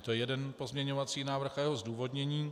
To je jeden pozměňovací návrh a jeho zdůvodnění.